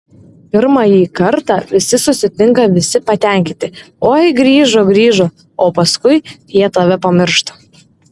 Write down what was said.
pirmąjį kartą visi susitinka visi patenkinti oi grįžo grįžo o paskui jie tave pamiršta